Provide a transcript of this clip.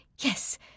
Yes